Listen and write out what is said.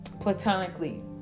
platonically